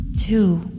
Two